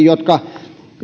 jotka